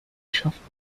schafft